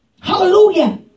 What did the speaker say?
Hallelujah